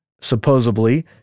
supposedly